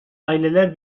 aileler